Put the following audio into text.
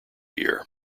year